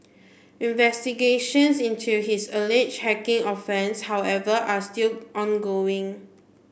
investigations into his alleged hacking offence however are still ongoing